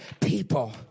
people